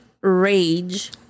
rage